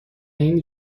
این